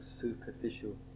superficial